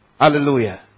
hallelujah